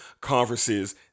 conferences